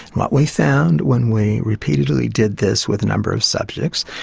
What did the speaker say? what we found when we repeatedly did this with a number of subjects,